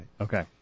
Okay